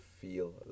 feel